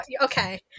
Okay